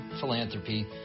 philanthropy